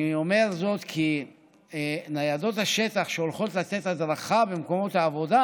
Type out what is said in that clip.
אני אומר זאת כי ניידות השטח שהולכות לתת הדרכה במקומות העבודה